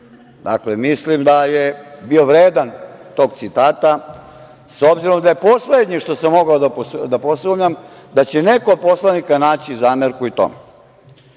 Dakle, mislim da je bio vredan tog citata, s obzirom da je poslednje što sam mogao da posumnjam da će neko od poslanika naći zamerku i tome. Dame